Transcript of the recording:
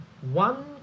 one